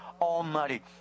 Almighty